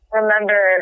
remember